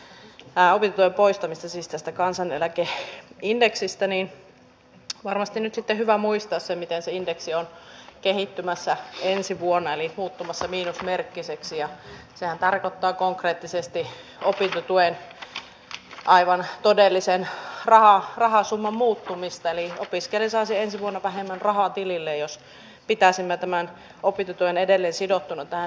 kun täällä on nyt ilmeisestikin keskusteltu opintotuen poistamisesta tästä kansaneläkeindeksistä niin on varmasti nyt sitten hyvä muistaa se miten se indeksi on kehittymässä ensi vuonna eli muuttumassa miinusmerkkiseksi ja sehän tarkoittaa konkreettisesti opintotuen aivan todellisen rahasumman muuttumista eli opiskelija saisi ensi vuonna vähemmän rahaa tililleen jos pitäisimme tämän opintotuen edelleen sidottuna tähän indeksiin